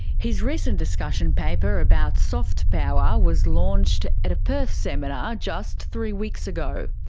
his recent discussion paper about soft power was launched at a perth seminar just three weeks ago.